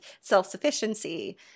self-sufficiency